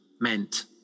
meant